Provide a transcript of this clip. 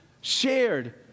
shared